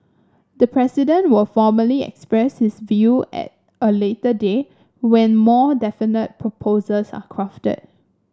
the President will formally express his view at a later date when more definite proposals are crafted